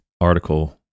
article